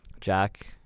Jack